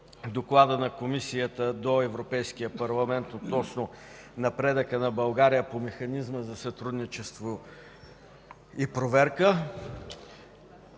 Докладът на Комисията до Европейския парламент относно напредъка на България по Механизма за сътрудничество и проверка.